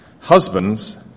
Husbands